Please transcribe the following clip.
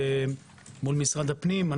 ומל משרד הפנים.